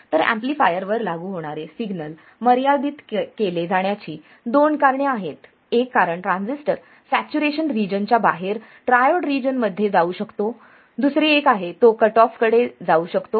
तर एम्पलीफायर वर लागू होणारे सिग्नल मर्यादित केले जाण्याची दोन कारणे आहेत एक कारण ट्रान्झिस्टर सॅच्युरेशन रिजन च्या बाहेर ट्रायोड रिजन मध्ये जाऊ शकतो दुसरे एक आहे तो कट ऑफ कडे जाऊ शकतो